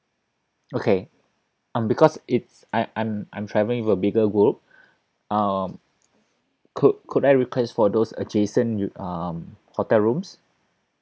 okay um because it's I I'm I'm traveling with a bigger group um could could I request for those adjacent you um hotel rooms